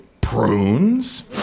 prunes